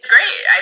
Great